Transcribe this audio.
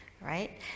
right